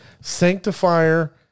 Sanctifier